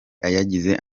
yagize